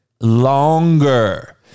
longer